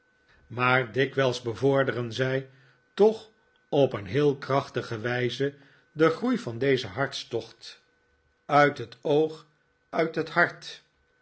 maar dikwijls bevorderen zij toch op een heel krachtige wijze den groei van dezen hartstocht uit het oog uit het hart